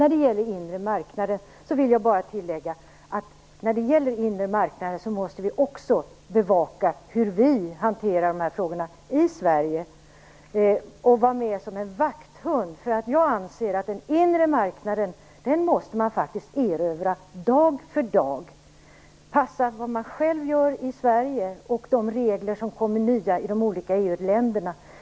När det gäller den inre marknaden vill jag bara tillägga att vi också måste bevaka hur vi hanterar de här frågorna i Sverige och vara med som en vakthund. Den inre marknaden måste man erövra dag för dag. Man måste passa på vad man själv gör i Sverige och se vilka nya regler som kommer i de olika EU länderna.